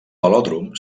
velòdrom